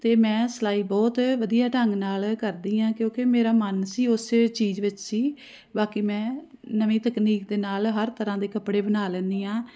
ਅਤੇ ਮੈਂ ਸਿਲਾਈ ਬਹੁਤ ਵਧੀਆ ਢੰਗ ਨਾਲ ਕਰਦੀ ਹਾਂ ਕਿਉਂਕਿ ਮੇਰਾ ਮਨ ਸੀ ਉਸੇ ਚੀਜ਼ ਵਿੱਚ ਸੀ ਬਾਕੀ ਮੈਂ ਨਵੀਂ ਤਕਨੀਕ ਦੇ ਨਾਲ ਹਰ ਤਰ੍ਹਾਂ ਦੇ ਕੱਪੜੇ ਬਣਾ ਲੈਂਦੀ ਹਾਂ